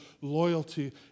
loyalty